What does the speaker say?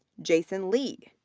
jason li,